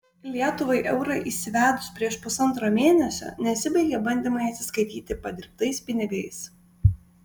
lietuvai eurą įsivedus prieš pusantro mėnesio nesibaigia bandymai atsiskaityti padirbtais pinigais